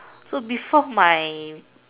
so before my